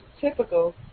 typical